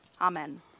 Amen